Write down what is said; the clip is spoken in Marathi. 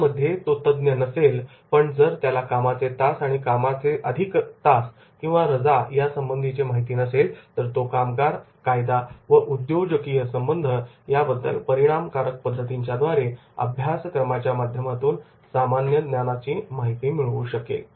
त्यामध्ये तो तज्ञ नसेल पण जर त्याला कामाचे तास अधिक कामाचे तास किंवा रजांसंबंधीची माहिती नसेल तर तो कामगार कायदा व उद्योजकीय संबंध याबद्दल परिणामकारक पद्धतींच्याद्वारे अभ्यासक्रमाच्या माध्यमातून याबद्दलची सामान्य ज्ञान मिळवू शकेल